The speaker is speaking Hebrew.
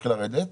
התחיל לרדת.